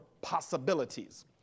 possibilities